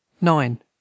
Nine